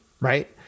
right